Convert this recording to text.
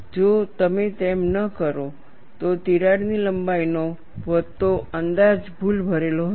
જો તમે તેમ ન કરો તો તિરાડની લંબાઈનો વધતો અંદાજ ભૂલભરેલો હશે